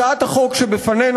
הצעת החוק שבפנינו,